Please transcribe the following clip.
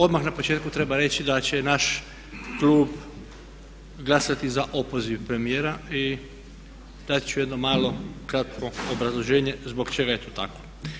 Odmah na početku treba reći da će naš klub glasati za opoziv premijera i dat ću jedno malo kratko obrazloženje zbog čega je to tako.